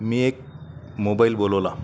मी एक मोबाईल बोलवला